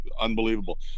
Unbelievable